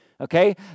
okay